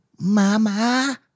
mama